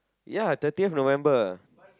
ya thirtieth November